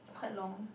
quite long